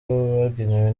bagenewe